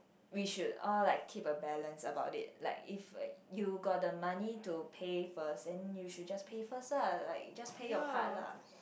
we should all like keep a balance about it like if you got the money to pay first and you should just pay first ah like just pay your part lah